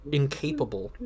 incapable